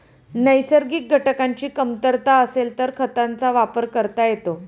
नैसर्गिक घटकांची कमतरता असेल तर खतांचा वापर करता येतो